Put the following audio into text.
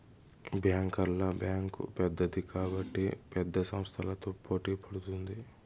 బ్యాంకర్ల బ్యాంక్ పెద్దది కాబట్టి పెద్ద సంస్థలతో పోటీ పడుతుంది